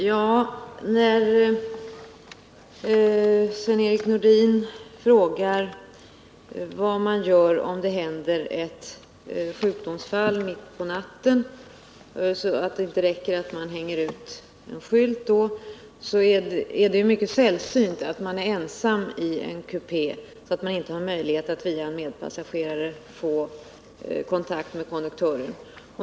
Herr talman! Sven-Erik Nordin frågar vad man skall göra om ett sjukdomsfall inträffar mitt i natten och det inte räcker med att hänga ut en skylt. Det är mycket sällsynt att man är ensam i en kupé och inte har möjlighet att via medpassagerare få kontakt med konduktören.